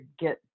get